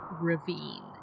ravine